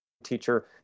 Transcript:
teacher